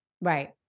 Right